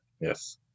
Yes